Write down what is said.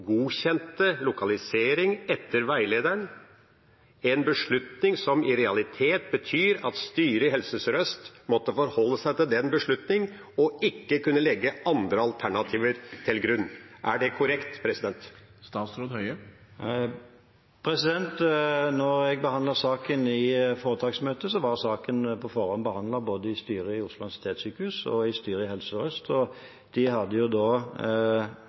godkjente lokalisering etter veilederen – noe som i realiteten betyr at styret i Helse Sør-Øst måtte forholde seg til den beslutningen og ikke kunne legge andre alternativer til grunn. Er det korrekt? Da jeg behandlet saken i foretaksmøtet, var den på forhånd behandlet både i styret i Oslo universitetssykehus og i styret i Helse Sør-Øst, og de hadde